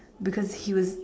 because he was